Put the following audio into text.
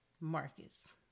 Marcus